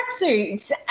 tracksuits